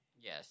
Yes